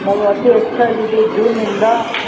ನಾವು ಅತಿ ಹೆಚ್ಚಾಗಿ ಇದು ಜೂನ್ನಿಂದ